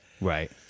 Right